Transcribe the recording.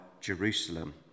Jerusalem